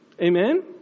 Amen